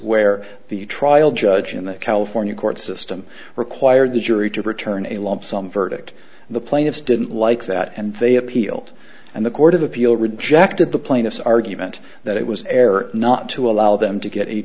where the trial judge in the california court system required the jury to return a lump sum verdict the plaintiffs didn't like that and they appealed and the court of appeal rejected the plaintiff's argument that it was error not to allow them to get a